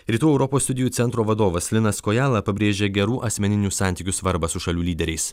rytų europos studijų centro vadovas linas kojala pabrėžia gerų asmeninių santykių svarbą su šalių lyderiais